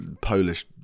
Polish